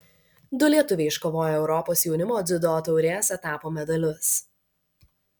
du lietuviai iškovojo europos jaunimo dziudo taurės etapo medalius